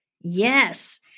Yes